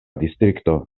distrikto